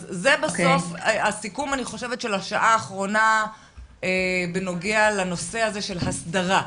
זה בסוף הסיכום של השעה האחרונה בנוגע לנושא של הסדרה.